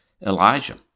Elijah